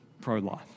pro-life